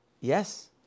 Yes